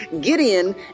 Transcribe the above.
Gideon